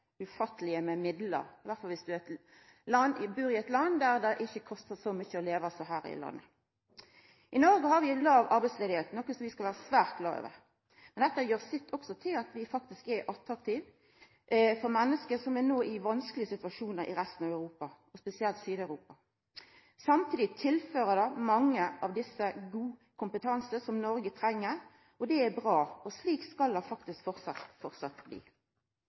med midlar, i alle fall viss ein bur i eit land der det ikkje kostar så mykje å leva som det gjer her i landet. I Noreg har vi låg arbeidsløyse, noko som vi skal vera svært glade for. Men dette gjer også sitt til at vi faktisk er attraktive for menneske i resten av Europa, spesielt i Sør-Europa, som no er i ein vanskeleg situasjon. Samtidig tilfører mange av desse god kompetanse som Noreg treng, det er bra. Slik skal det faktisk